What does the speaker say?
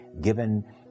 given